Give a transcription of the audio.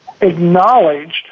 acknowledged